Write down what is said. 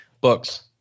Books